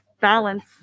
Balance